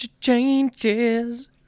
Changes